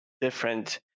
different